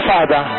Father